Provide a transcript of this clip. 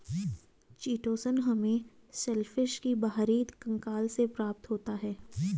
chitosan हमें shellfish के बाहरी कंकाल से प्राप्त होता है